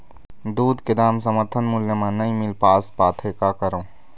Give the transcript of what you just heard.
दूध के दाम समर्थन मूल्य म नई मील पास पाथे, का करों?